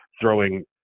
throwing –